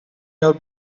your